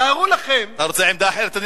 אתה רוצה עמדה אחרת?